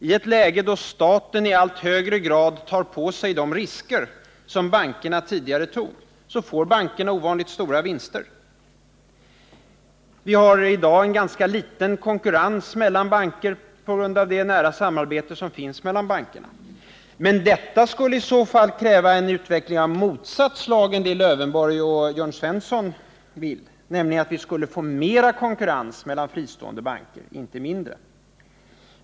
I ett läge då staten i allt högre grad tar på sig de risker bankerna tidigare tog, får bankerna ovanligt stora vinster. Vi har i dag ganska liten konkurrens mellan bankerna på grund av det nära samarbete som finns mellan dem. Men detta skulle kräva en utveckling av motsatt slag mot den Alf Lövenborg och Jörn Svensson begär, nämligen mera konkurrens mellan fristående banker och inte mindre.